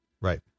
Right